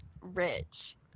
rich